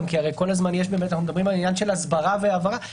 כי כל הזמן אנחנו מדברים על עניין של הסברה והבהרה,